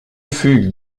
fugue